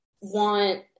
want